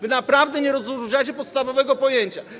Wy naprawdę nie rozróżniacie podstawowego pojęcia.